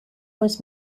was